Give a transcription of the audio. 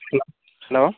hello hello